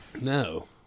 No